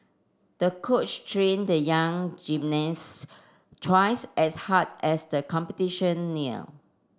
the coach trained the young gymnast twice as hard as the competition near